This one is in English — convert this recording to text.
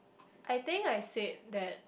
I think I said that